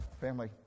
family